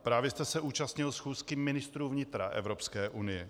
Právě jste se účastnil schůzky ministrů vnitra Evropské unie.